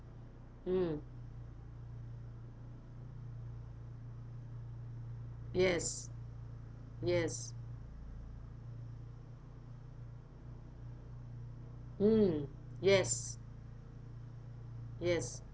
mm yes yes mm yes yes